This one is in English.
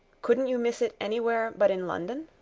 couldn't you miss it anywhere but in london?